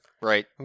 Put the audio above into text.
Right